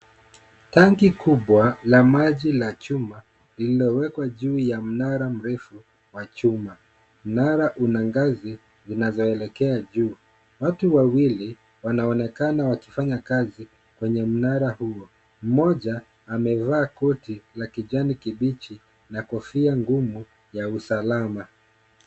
Tanki kubwa la maji la chuma lililowekwa juu ya mnara mrefu wa chuma. Mnara una ngazi zinazoelekea juu, watu wawili wanaonekana wakifanya kazi kwenye mnara huo. Mmoja amevaa koti la kijani kibichi na kofia ngumu ya usalama.